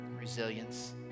Resilience